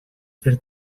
fer